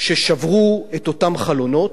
ששברו את אותם חלונות.